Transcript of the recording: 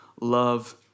Love